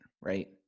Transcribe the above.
right